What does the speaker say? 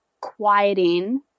quieting